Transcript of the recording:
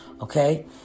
Okay